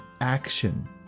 action